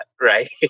Right